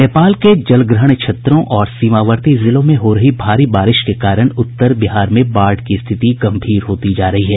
नेपाल के जलग्रहण क्षेत्रों और सीमावर्ती जिलों में हो रही भारी बारिश के कारण उत्तर बिहार में बाढ़ की स्थिति गम्भीर होती जा रही है